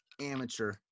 Amateur